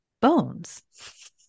bones